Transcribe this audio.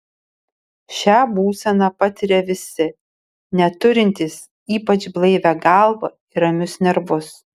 šią būseną patiria visi net turintys ypač blaivią galvą ir ramius nervus